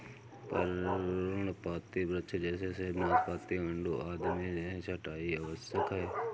पर्णपाती वृक्ष जैसे सेब, नाशपाती, आड़ू आदि में छंटाई आवश्यक है